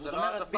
זאת אומרת,